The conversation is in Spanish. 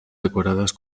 decoradas